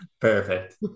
Perfect